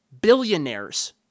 billionaires